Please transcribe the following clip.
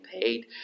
paid